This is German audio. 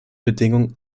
bedingungen